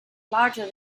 larger